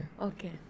Okay